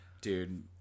Dude